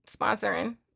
sponsoring